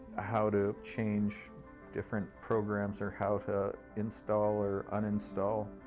how to change different programs, or how to install or uninstall.